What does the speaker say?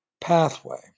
pathway